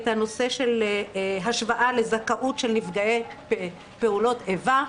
את הנושא של השוואה לזכאות של נפגעי פעולות איבה.